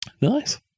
Nice